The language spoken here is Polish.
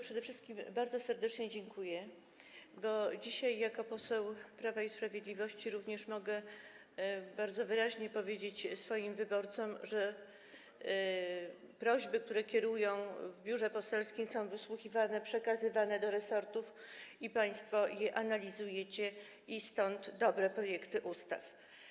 Przede wszystkim bardzo serdecznie dziękuję, bo dzisiaj jako poseł Prawa i Sprawiedliwości mogę bardzo wyraźnie powiedzieć swoim wyborcom, że prośby, które kierują w biurze poselskim, są wysłuchiwane, przekazywane do resortów, państwo je analizujecie i stąd dobre projekty ustaw.